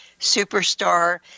superstar